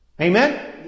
Amen